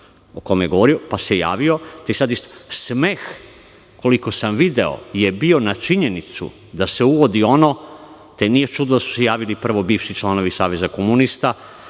o kome je govorio, pa se javi, te sada isto. Smeh, koliko sam video, je bio na činjenicu da se uvodi, te nije čudo što su se javili prvo bivši članovi saveza komunista,